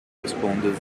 responded